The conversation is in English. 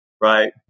Right